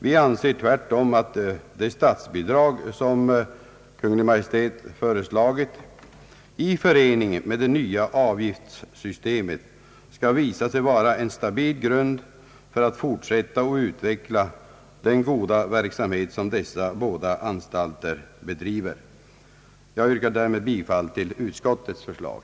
Vi anser tvärtom att det statsbidrag som Kungl. Maj:t föreslagit i förening med det nya avgiftssystemet skall visa sig vara en stabil grund för att fortsätta och utveckla den goda verksamhet som dessa båda anstalter bedriver. Jag yrkar bifall till utskottets förslag.